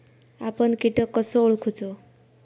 आपन कीटक कसो ओळखूचो?